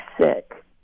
sick